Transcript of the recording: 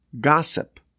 gossip